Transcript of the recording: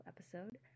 episode